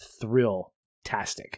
thrill-tastic